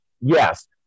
yes